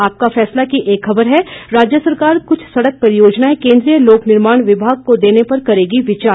आपका फैसला की एक खबर है राज्य सरकार कुछ सड़क परियोजनाएं केंन्द्रीय लोक निर्माण विभाग को देने पर करेगी विचार